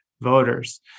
voters